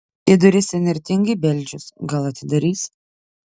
į duris įnirtingai beldžiuos gal atidarys